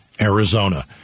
Arizona